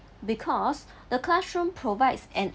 because the classroom provides an